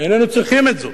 איננו צריכים את זה.